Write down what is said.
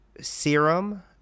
Serum